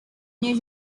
new